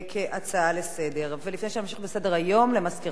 לפני שנמשיך בסדר-היום, למזכירת הכנסת יש הודעה.